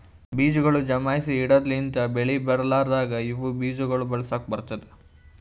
ಬೀಜಗೊಳ್ ಜಮಾಯಿಸಿ ಇಡದ್ ಲಿಂತ್ ಬೆಳಿ ಬೆಳಿಲಾರ್ದಾಗ ಇವು ಬೀಜ ಗೊಳ್ ಬಳಸುಕ್ ಬರ್ತ್ತುದ